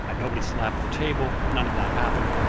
and nobody slapped the table. none of that happened.